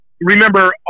Remember